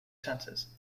senses